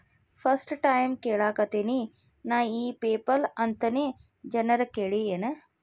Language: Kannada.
ಫಸ್ಟ್ ಟೈಮ್ ಕೇಳಾಕತೇನಿ ನಾ ಇ ಪೆಪಲ್ ಅಂತ ನೇ ಏನರ ಕೇಳಿಯೇನ್?